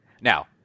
now